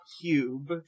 cube